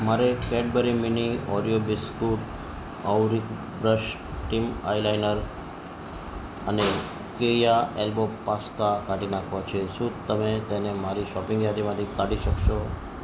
મારે Cadbury mini Oreo biscuit ઔરિક brush ટીમ આઈલાઈનર અને કેયા એલ્બો પાસ્તા કાઢી નાંખવા છે શું તમે તેને મારી શોપિંગ યાદીમાંથી કાઢી શકશો